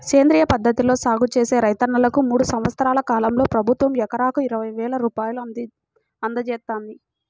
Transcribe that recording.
సేంద్రియ పద్ధతిలో సాగు చేసే రైతన్నలకు మూడు సంవత్సరాల కాలంలో ప్రభుత్వం ఎకరాకు ఇరవై వేల రూపాయలు అందజేత్తంది